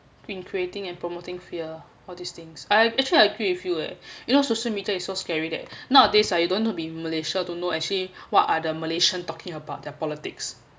been creating and promoting fear all these things I've actually I agree with you eh you know social media is so scary there nowadays I don't know be malaysia don't know actually what are the malaysian talking about their politics